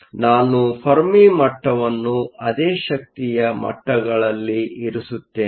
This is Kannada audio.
ಆದ್ದರಿಂದ ನಾನು ಫೆರ್ಮಿ ಮಟ್ಟವನ್ನು ಅದೇ ಶಕ್ತಿಯ ಮಟ್ಟಗಳಲ್ಲಿ ಇರಿಸುತ್ತೇನೆ